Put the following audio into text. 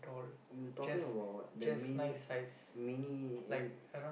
you talking about what the mini mini